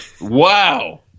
Wow